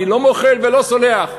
אני לא מוחל ולא סולח.